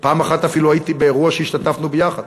פעם אחת אפילו הייתי באירוע שהשתתפנו יחד.